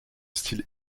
style